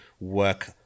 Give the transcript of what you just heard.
work